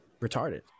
retarded